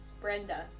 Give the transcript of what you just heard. Brenda